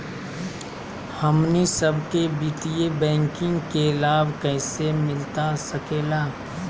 हमनी सबके वित्तीय बैंकिंग के लाभ कैसे मिलता सके ला?